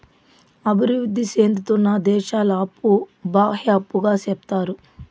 అభివృద్ధి సేందుతున్న దేశాల అప్పు బాహ్య అప్పుగా సెప్తారు